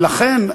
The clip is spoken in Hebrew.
ולכן,